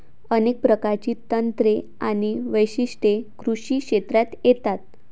अनेक प्रकारची तंत्रे आणि वैशिष्ट्ये कृषी क्षेत्रात येतात